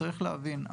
צריך להבין,